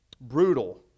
Brutal